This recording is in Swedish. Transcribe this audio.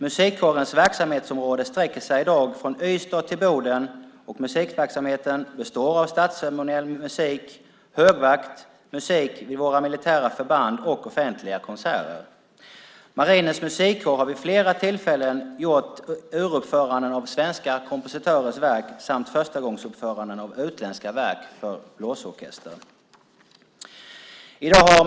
Musikkårens verksamhetsområde sträcker sig i dag från Ystad till Boden, och musikverksamheten består av statsceremoniell musik, högvakt, musik vid våra militära förband och offentliga konserter. Marinens musikkår har vid flera tillfällen gjort uruppföranden av svenska kompositörers verk samt förstagångsuppföranden av utländska verk för blåsorkester.